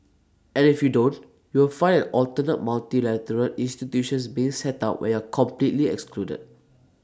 and if you don't you will find an alternate multilateral institutions being set up where completely excluded